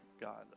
God